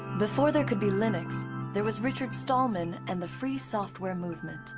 before there could be linux there was richard stallman and the free software movement